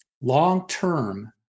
long-term